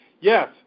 Yes